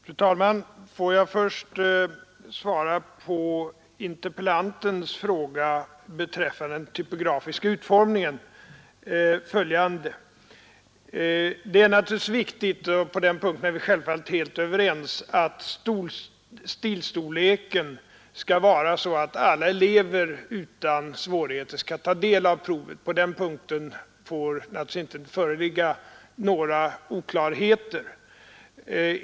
Fru talman! Får jag först svara följande på interpellantens fråga rörande den typografiska utformningen av provet. Naturligtvis är det viktigt — och på den punkten är vi självfallet helt överens — att stilstorleken skall vara sådan att alla elever utan svårigheter skall kunna ta del av provet. Där får det inte föreligga några oklarheter.